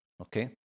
Okay